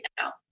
now